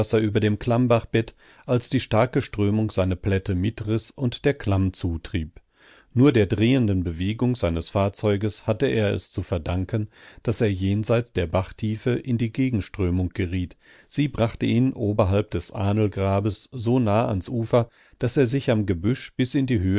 über dem klammbachbett als die starke strömung seine plätte mitriß und der klamm zutrieb nur der drehenden bewegung seines fahrzeuges hatte er es zu verdanken daß er jenseits der bachtiefe in die gegenströmung geriet sie brachte ihn oberhalb des ahnlgrabes so nahe ans ufer daß er sich am gebüsch bis in die höhe